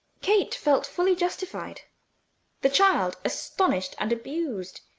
kate felt fully justified the child astonished and abused.